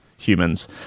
humans